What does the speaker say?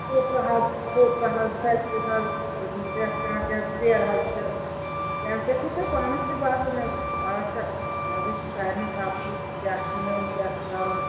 کھوٗپرٕ حظ کھوٗپرٕ حظ ڈرٛاے فرٛوٗٹ حظ پرٛٮ۪تھ کانٛہہ چھَ ژیر حظ چھِ کیاہ کیاہ چھُ تہٕ پانَس تہِ باسیو نہ اَز چھَ اَزَے چھُ سارنٕے پَتہٕ ہٕے کیا چھُ نیُن کیا چھُ کَرُن